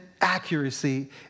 accuracy